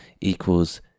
equals